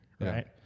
right